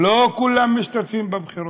לא כולם משתתפים בבחירות.